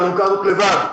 את האלונקה הזאת לבד.